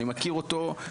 אני מכיר אותו,